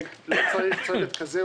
ואם צריך צוות כזה,